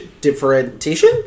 differentiation